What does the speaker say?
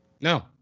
No